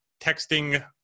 texting